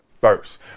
first